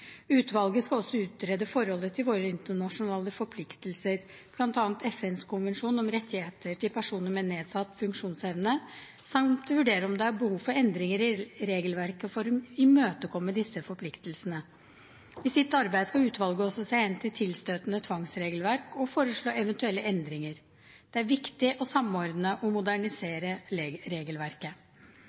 Utvalget skal også utrede forholdet til våre internasjonale forpliktelser, bl.a. FNs konvensjon om rettigheter til personer med nedsatt funksjonsevne, samt vurdere om det er behov for endringer i regelverket for å imøtekomme disse forpliktelsene. I sitt arbeid skal utvalget også se hen til tilstøtende tvangsregelverk og foreslå eventuelle endringer. Det er viktig å samordne og modernisere regelverket.